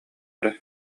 эрэ